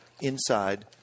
inside